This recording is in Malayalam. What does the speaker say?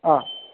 ആ